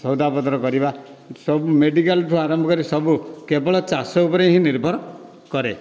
ସଉଦାପତ୍ର କରିବା ମେଡ଼ିକାଲ୍ଠୁ ଆରମ୍ଭ କରି ସବୁ କେବଳ ଚାଷ ଉପରେ ହିଁ ନିର୍ଭର କରେ